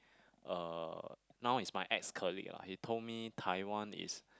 uh now is my ex colleague ah he told me Taiwan is